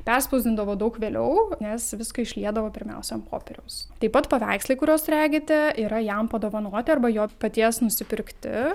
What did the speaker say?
perspausdindavo daug vėliau nes viską išliedavo pirmiausia ant popieriaus taip pat paveikslai kuriuos regite yra jam padovanoti arba jo paties nusipirkti